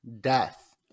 death